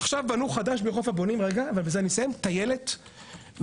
עכשיו בנו חדש בחוף הבונים טיילת מבטון.